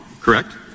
Correct